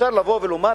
אפשר לבוא ולומר,